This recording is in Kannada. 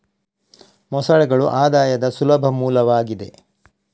ಮೊಸಳೆಗಳು ಆದಾಯದ ಸುಲಭ ಮೂಲವಾಗಿದೆ